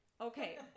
Okay